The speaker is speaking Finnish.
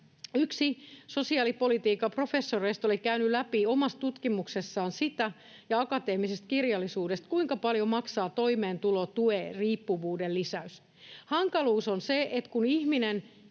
yksi sosiaalipolitiikan professoreista oli käynyt omassa tutkimuksessaan ja akateemisesta kirjallisuudesta läpi sitä, kuinka paljon maksaa toimeentulotukiriippuvuuden lisäys. Kun ihminen